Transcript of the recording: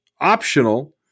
optional